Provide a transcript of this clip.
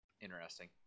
interesting